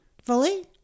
fully